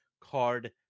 card